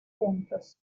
juntos